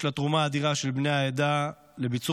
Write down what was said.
יש תרומה אדירה של בני העדה לביצור